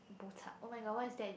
bochup oh-my-god what is that in